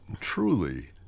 truly